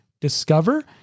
discover